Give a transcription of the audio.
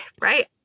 right